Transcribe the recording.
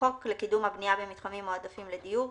חוק לקידום הבנייה במתחמים מועדפים לדיור,